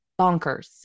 bonkers